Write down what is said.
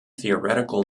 theoretical